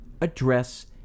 address